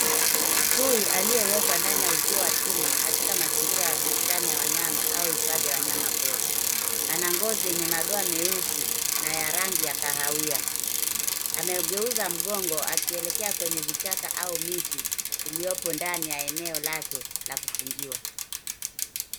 Chui aliyewekwa ndani ya uzio wa chuma katika mazingira ya bustani ya wanyama au hifadhi ya wanyama pori. Ana ngozi yenye madoa meusi na ya rangi ya kahawia. Ameugeuza mgongo akilekea kwenye vichaka au miti iliyopo ndani ya eneo lake la kufungiwa.